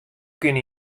kinne